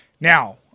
Now